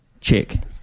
check